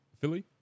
Philly